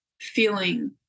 feeling